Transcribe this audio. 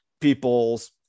people's